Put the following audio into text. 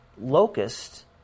locust